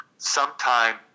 sometime